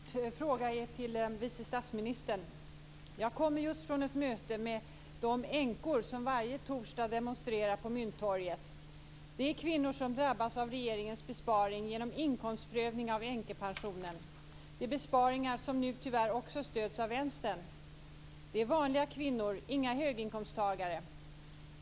Fru talman! Min fråga är till vice statsministern. Jag kommer just från ett möte med de änkor som varje torsdag demonstrerar på Mynttorget. Det är kvinnor som drabbas av regeringens besparingar genom inkomstprövning av änkepensionen. Det är besparingar som nu tyvärr också stöds av Vänstern. Det är vanliga kvinnor, inga höginkomsttagare.